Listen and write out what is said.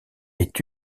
est